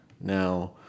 Now